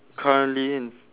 currently in